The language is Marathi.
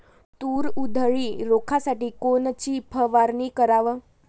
तूर उधळी रोखासाठी कोनची फवारनी कराव?